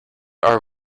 are